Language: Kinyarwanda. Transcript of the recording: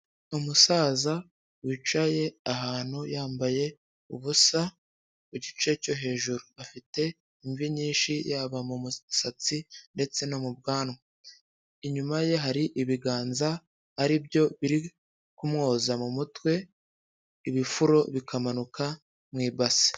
Umusaza wicaye ahantu yambaye ubusa ku gice cyo hejuru, afite imvi nyinshi yaba mu musatsi ndetse no mu bwanwa, inyuma ye hari ibiganza ari byo biri kumwoza mu mutwe ibifuro bikamanuka mu ibase.